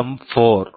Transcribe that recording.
M 4 ARM Cortex M4